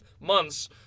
months